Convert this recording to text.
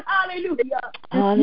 Hallelujah